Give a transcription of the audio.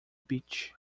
beach